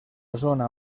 zona